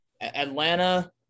Atlanta